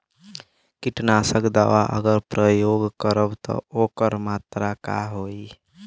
कीटनाशक दवा अगर प्रयोग करब त ओकर मात्रा का होई?